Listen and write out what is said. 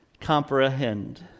comprehend